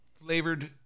flavored